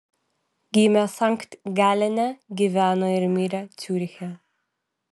gimė sankt galene gyveno ir mirė ciuriche